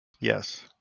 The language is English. Yes